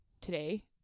today